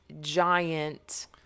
Giant